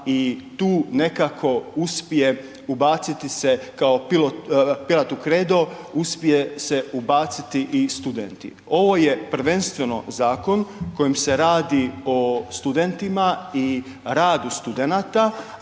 i tu nekako uspje ubaciti se kao pilat u kredo, uspije se ubaciti i studenti. Ovo je prvenstveno zakon kojim se radi o studentima i radu studenata,